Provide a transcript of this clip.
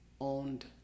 owned